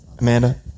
Amanda